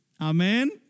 Amen